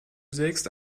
sägst